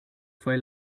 fue